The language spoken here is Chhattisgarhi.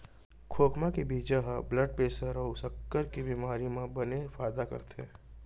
खोखमा के बीजा ह ब्लड प्रेसर अउ सक्कर के बेमारी म बने फायदा करथे